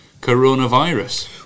coronavirus